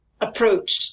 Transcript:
approach